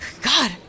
God